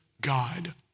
God